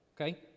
Okay